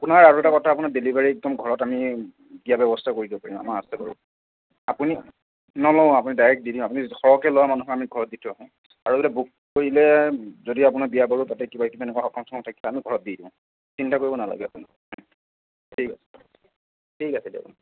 আপোনাৰ আৰু এটা কথা আপোনাৰ ডেলিভাৰী একদম ঘৰত আমি দিয়াৰ ব্যৱস্থা কৰি দিব পাৰিম আমাৰ আছে বাৰু আপুনি নলওঁ আপুনি ডাইৰেক্ট দি দিম আপুনি সৰহকৈ লোৱা মানুহক আমি ঘৰত দি থৈ আহোঁ আৰু তাতে বুক কৰিলে যদি আপোনাৰ বিয়া বাৰু তাতে কিবা কিবি এনেকুৱা সকাম চকাম থাকিলে আমি ঘৰত দি দিও চিন্তা কৰিব নালাগে আপুনি ঠিক আছে ঠিক আছে দিয়ক